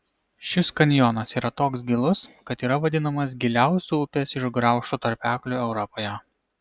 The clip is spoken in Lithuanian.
šis kanjonas yra toks gilus kad yra vadinamas giliausiu upės išgraužtu tarpekliu europoje